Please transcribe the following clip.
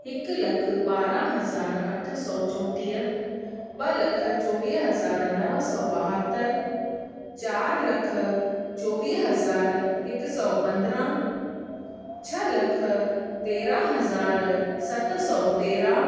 हिकु लखु ॿारहं हज़ार अठ सौ चोटीह ॿ लख चोवीह हज़ार नव सौ ॿाहतरि चारि लख चोवीह हज़ार हिकु सौ पंद्रहं छह लख तेरहं हज़ार सत सौ तेरहं